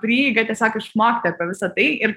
prieigą tiesiog išmokti apie visa tai ir